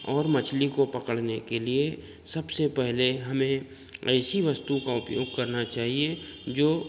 और मछली को पकड़ने के लिए सबसे पहले हमें ऐसी वस्तु का उपयोग करना चाहिए जो